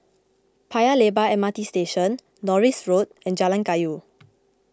Paya Lebar M R T Station Norris Road and Jalan Kayu